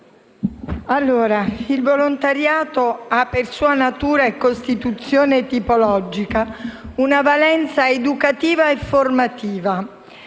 il volontariato ha per sua natura e costituzione tipologica una valenza educativa e formativa